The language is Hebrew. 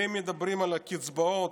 ואם מדברים על הקצבאות,